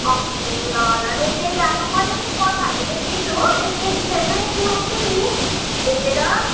okay ल ल लेख्दै जानु मैले पनि कथाहरू लेख्दैछु हो यस्तै विषयमै सुनाउँछु नि भेटेर